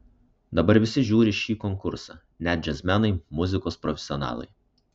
dabar visi žiūri šį konkursą net džiazmenai muzikos profesionalai